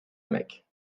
mecque